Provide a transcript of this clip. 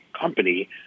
company